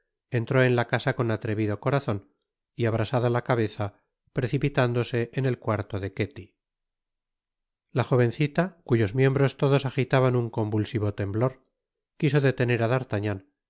entró en la casa con atrevido corazon y abrasada la cabeza precipitándose en el cuarto de ketty la jovencita cuyos miembros todos ajitaban un convulsivo temblor quiso delener á d'artagnan